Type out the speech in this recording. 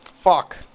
Fuck